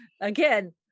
Again